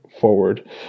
forward